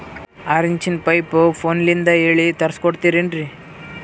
ಆರಿಂಚಿನ ಪೈಪು ಫೋನಲಿಂದ ಹೇಳಿ ತರ್ಸ ಕೊಡ್ತಿರೇನ್ರಿ?